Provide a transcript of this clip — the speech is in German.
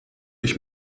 ich